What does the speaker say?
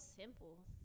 simple